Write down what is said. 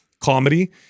comedy